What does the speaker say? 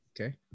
Okay